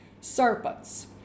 serpents